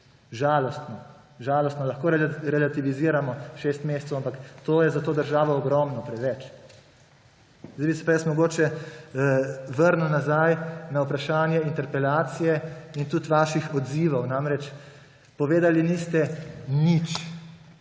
Žalostno, žalostno. Lahko relativiziramo šest mesecev, ampak to je za to državo ogromno, preveč. Zdaj bi se pa mogoče vrnil nazaj na vprašanje interpelacije in tudi vaših odzivov. Namreč, povedali niste nič,